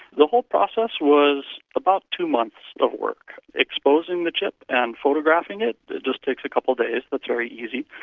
the whole process was about two months of work. exposing the chip and photographing it just takes a couple of days, it's but very easy.